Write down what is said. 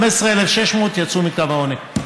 15,600 יצאו מקו העוני.